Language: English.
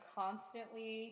constantly